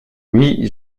oui